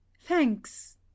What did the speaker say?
Thanks